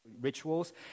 rituals